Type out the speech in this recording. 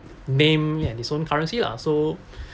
name and its own currency lah so